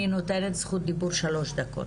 אני נותנת זכות דיבור שלוש דקות.